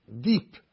deep